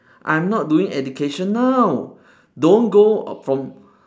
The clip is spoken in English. I'm not doing education now don't go from